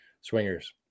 swingers